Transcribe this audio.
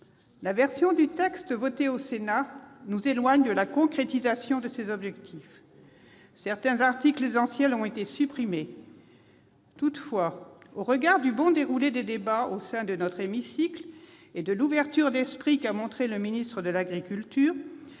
La version du texte adoptée au Sénat nous éloigne de la concrétisation de ces objectifs. Certains articles essentiels ont été supprimés. Toutefois, au regard du bon déroulé des débats au sein de notre hémicycle et de l'ouverture d'esprit dont avait fait preuve le ministre de l'agriculture,